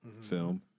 film